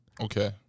Okay